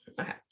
okay